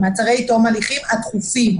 מעצרי תום הליכים הדחופים.